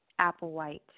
Applewhite